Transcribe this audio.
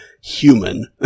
human